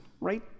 right